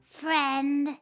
friend